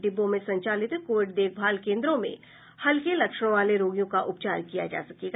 डिब्बों में संचालित कोविड देखभाल केन्द्रों में हल्के लक्षणों वाले रोगियों का उपचार किया जा सकेगा